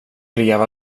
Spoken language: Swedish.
leva